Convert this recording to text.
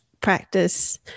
practice